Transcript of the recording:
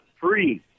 free